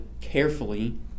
carefully